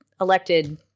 elected